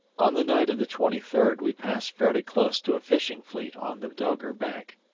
on the night of the twenty third we passed fairly close to a fishing fleet on the dogger bank,